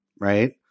Right